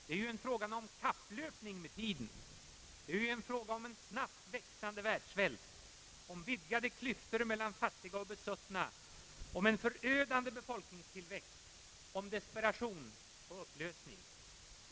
Det är en fråga om kapplöpning med tiden. Det är fråga om en snabbt växande världssvält, om vidgade klyftor mellan fattiga och besuttna, om en förödande befolkningstillväxt samt om desperation och upplösning.